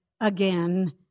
again